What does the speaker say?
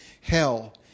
hell